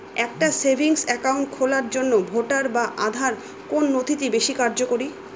একটা savings account খোলার জন্য ভোটার বা আধার কোন নথিটি বেশী কার্যকরী?